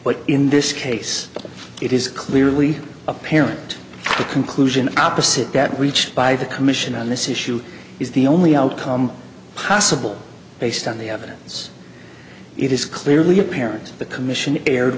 but in this case it is clearly apparent the conclusion opposite that reached by the commission on this issue is the only outcome possible based on the evidence it is clearly apparent the commission erred